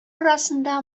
арасында